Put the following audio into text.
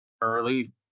early